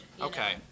Okay